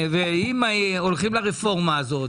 ואם הולכים לרפורמה הזו,